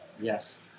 Yes